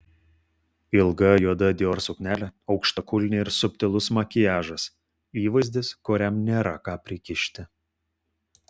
ilga juoda dior suknelė aukštakulniai ir subtilus makiažas įvaizdis kuriam nėra ką prikišti